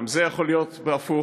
גם זה יכול להיות הפוך.